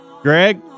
Greg